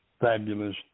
fabulous